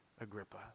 Agrippa